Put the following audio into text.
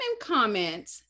comment